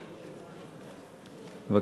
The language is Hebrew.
בבקשה.